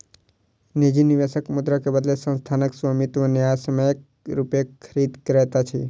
निजी निवेशक मुद्रा के बदले संस्थानक स्वामित्व न्यायसम्यक रूपेँ खरीद करैत अछि